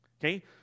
Okay